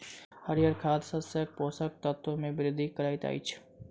हरीयर खाद शस्यक पोषक तत्व मे वृद्धि करैत अछि